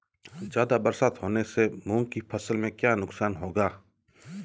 ज़्यादा बरसात होने से मूंग की फसल में क्या नुकसान होगा?